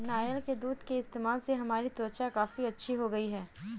नारियल के दूध के इस्तेमाल से हमारी त्वचा काफी अच्छी हो गई है